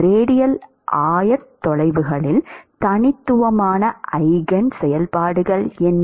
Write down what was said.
radial ஆயத்தொலைவுகளில் தனித்துவமான eigen செயல்பாடுகள் என்ன